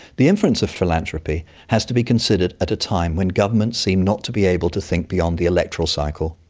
the influence of philanthropy has to be considered at a time when governments seem not to be able to think beyond the electoral cycle,